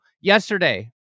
yesterday